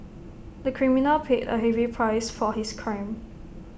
the criminal paid A heavy price for his crime